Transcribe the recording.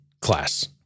class